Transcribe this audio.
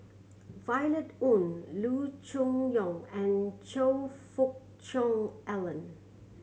Violet Oon Loo Choon Yong and Choe Fook Cheong Alan